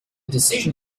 decision